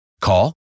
Call